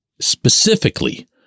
Specifically